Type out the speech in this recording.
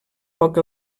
poc